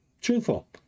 Truthful